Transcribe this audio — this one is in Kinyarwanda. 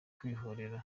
kwihorera